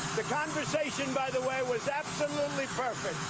the conversation, by the way, was absolutely perfect.